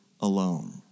Alone